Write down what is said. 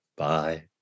Bye